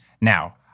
now